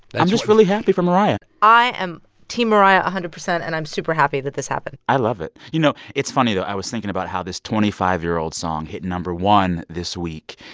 i'm just really happy for mariah i am team mariah, a hundred percent, and i'm super happy that this happened i love it. you know, it's funny, though. i was thinking about how this twenty five year old song hit no. one this week,